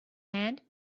hand